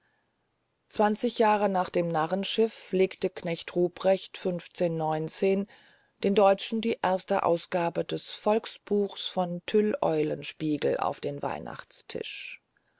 zwanzig jahre nach dem narrenschiff legte knecht ruprecht den deutschen die erste ausgabe des volksbuches von tyll eulenspiegel auf den weihnachtstisch